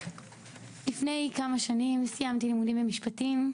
לפני כמה שנים סיימתי לימודים במשפטים,